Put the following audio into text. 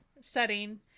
setting